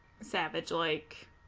savage-like